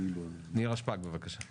נירה שפק, בבקשה כן.